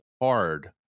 hard